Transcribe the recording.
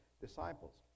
disciples